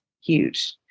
huge